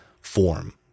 form